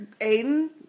Aiden